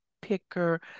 Picker